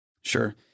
Sure